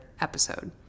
episode